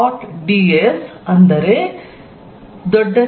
E